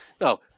No